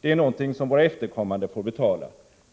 Det är någonting som våra efterkommande får betala.